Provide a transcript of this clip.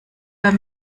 were